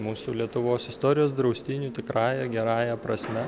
mūsų lietuvos istorijos draustinių tikrąja gerąja prasme